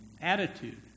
attitude